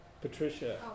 Patricia